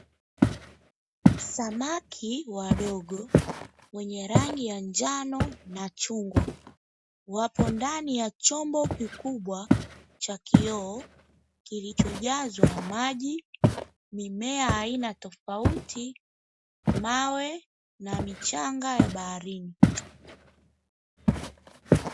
Samaki wadogo, wenye rangi ya njano na chungwa, wapo ndani ya chombo kikubwa cha kioo, kilichojazwa maji, mimea ya aina tofauti, mawe na michanga ya baharini.